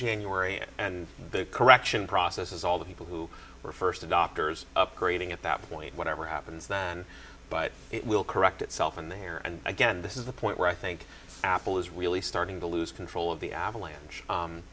january and the correction process is all the people who were first adopters upgrading at that point whatever happens then but it will correct itself in the air and again this is the point where i think apple is really starting to lose control of the avalanche